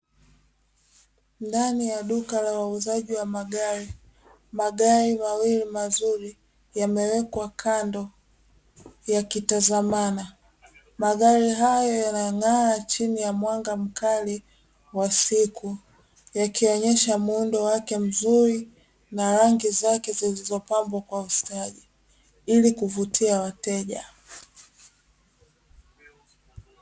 Ndani ya duka la wauzaji wa magari, magari mawili mazuri yamewekwa kando, yakitazamana. Magari hayo yanang'aa chini ya mwanga mkali wa siku, yakionyesha muundo wake mzuri na rangi zake zilizopambwa kwa ustadi, ili kuvutia wateja .